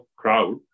crowd